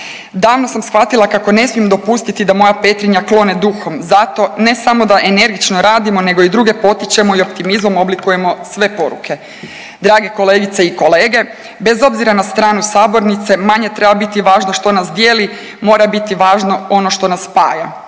Davno sam shvatila kako ne smijem dopustiti da moja Petrinja klone duhom zato ne samo da energično radimo nego i druge potičemo i optimizmom oblikujemo sve poruke. Drage kolegice i kolege, bez obzira na stranu sabornice manje treba biti važno što nas dijeli, mora biti važno ono što nas spaja.